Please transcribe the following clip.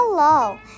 Hello